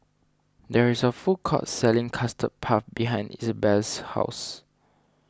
there is a food court selling Custard Puff behind Izabelle's house